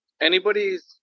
anybody's